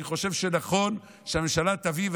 אני חושב שנכון שהממשלה תביא,